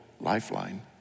lifeline